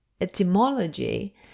etymology